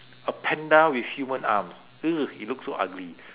a panda with human arms it looks so ugly